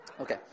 Okay